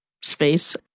space